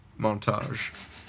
montage